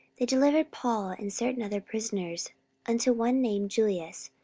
they delivered paul and certain other prisoners unto one named julius,